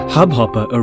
Hubhopper